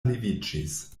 leviĝis